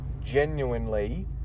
genuinely